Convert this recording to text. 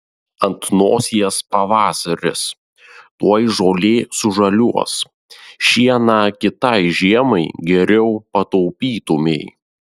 ant nosies pavasaris tuoj žolė sužaliuos šieną kitai žiemai geriau pataupytumei